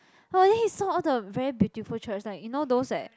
!wah! then he saw all the very beautiful church like you know those at